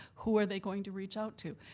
who are they going to reach out to?